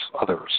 others